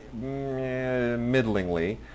middlingly